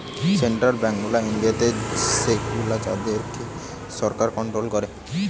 central bank গুলা ইন্ডিয়াতে সেগুলো যাদের কে সরকার কন্ট্রোল করে